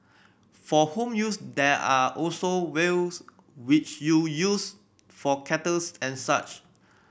for home use there are also vials which you use for kettles and such